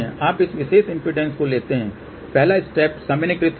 आप इस विशेष इम्पीडेन्स को लेते हैं पहला स्टेप सामान्यीकृत होगा